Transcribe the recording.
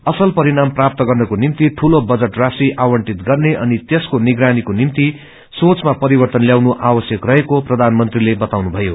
असल परिणाम प्राप्त गर्नको निम्ति ठूलो बजट राशि आवंटित गर्ने अनि त्यसको निगरानीको निम्ति सोचामा परिववन ल्याउनु आवश्यक रहेको प्रधानमंत्रीले बताउनुषयो